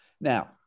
now